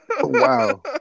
Wow